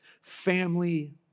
family